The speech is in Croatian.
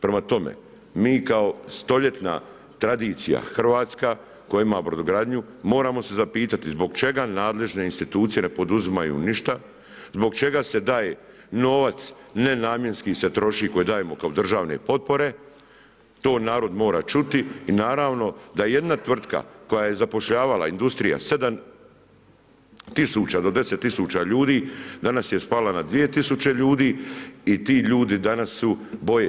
Prema tome, mi kao stoljetna tradicija, Hrvatska koja ima brodogradnju, moramo se zapitati zbog čega nadležne instituciju ne poduzimaju ništa, zbog čega se daje novac, nenamjenski se troši, koji dajemo kao državne potpore, to narod mora čuti i naravno da jedna tvrtka koja zapošljavala, industrija 7000 do 10000 ljudi, danas je spala na 2000 ljudi i ti ljudi danas se boje.